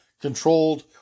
controlled